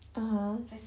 mmhmm